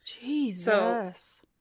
jesus